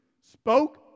Spoke